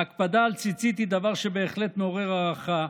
ההקפדה על ציצית היא דבר שבהחלט מעורר הערכה,